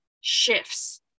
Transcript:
shifts